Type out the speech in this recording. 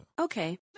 Okay